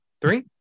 three